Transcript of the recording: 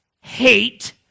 hate